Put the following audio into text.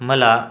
मला